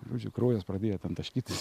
žodžiu kraujas pradėjo ten taškytis